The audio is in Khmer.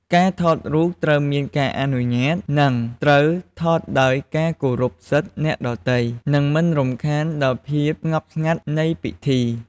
ការថតរូបត្រូវមានការអនុញ្ញាត និងត្រូវថតដោយការគោរពសិទ្ធិអ្នកដទៃ និងមិនរំខានដល់ភាពស្ងប់ស្ងាត់នៃពិធី។